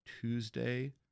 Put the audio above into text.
Tuesday